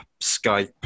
Skype